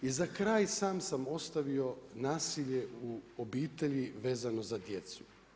I za kraj sam sam ostavio nasilje u obitelji vezano za djecu.